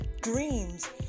dreams